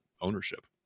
ownership